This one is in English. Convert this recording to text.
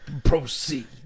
Proceed